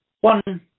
One